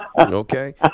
Okay